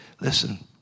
Listen